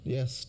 Yes